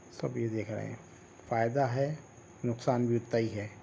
سبھی دیکھ رہے ہیں فائدہ ہے نقصان بھی اتنا ہی ہے